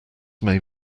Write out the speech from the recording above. may